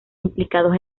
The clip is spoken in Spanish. implicados